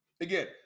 Again